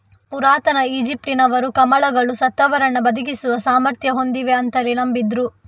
ಪುರಾತನ ಈಜಿಪ್ಟಿನವರು ಕಮಲಗಳು ಸತ್ತವರನ್ನ ಬದುಕಿಸುವ ಸಾಮರ್ಥ್ಯ ಹೊಂದಿವೆ ಅಂತಲೇ ನಂಬಿದ್ರು